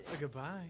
Goodbye